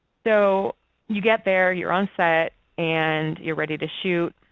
so you get there, you're on set, and you're ready to shoot.